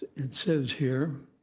it says here,